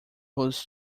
whose